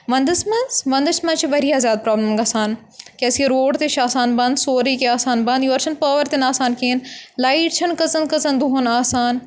وَندَس منٛز وَندَس منٛز چھِ واریاہ زیادٕ پرابلِم گژھان کیازِ کہِ روڈ تہِ چھُ آسان بنٛد سورُے کیٚنٛہہ آسان بنٛد یور چھِنہٕ پاوَر تہِ نہٕ آسان کِہیٖنۍ لایِٹ چھَنہٕ کۭژَن کٔژَن دۄہَن آسان